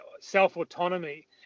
self-autonomy